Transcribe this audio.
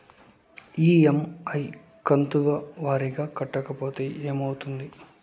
EMI కంతుల వారీగా కట్టకపోతే ఏమవుతుంది?